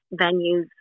venues